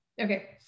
Okay